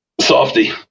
softy